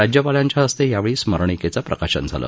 राज्यपालांच्या हस्ते यावेळी स्मरणिकेचं प्रकाशन झालं